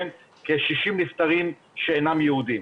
כ-60 נפטרים שאינם יהודים,